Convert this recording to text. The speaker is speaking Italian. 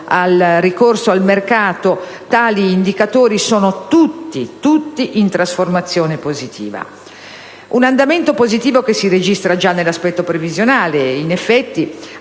al ricorso al mercato, tali indicatori sono tutti in trasformazione positiva. Un andamento positivo che si registra già nell'aspetto previsionale. In effetti,